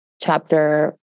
chapter